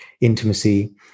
intimacy